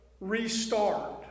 restart